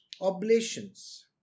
Oblations